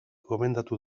gomendatu